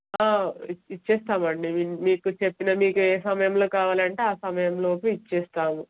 ఇచ్ ఇచ్చేస్తామండి మీకు చెప్పిన మీకు ఏ సమయంలో కావాలంటే ఆ సమయంలోపూ ఇచ్చేస్తాము